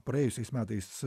praėjusiais metais